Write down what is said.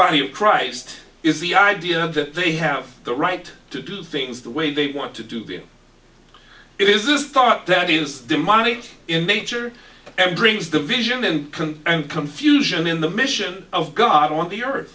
body of christ is the idea that they have the right to do things the way they want to do be it is this thought that is demonic in nature and brings the vision in can and confusion in the mission of god on the earth